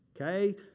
Okay